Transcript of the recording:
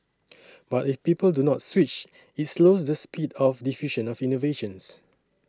but if people do not switch it slows the speed of diffusion of innovations